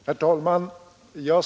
Herr talman!